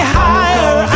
higher